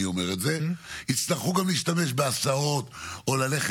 אינו נוכח, חבר הכנסת יוסף עטאונה, אינו